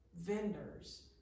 vendors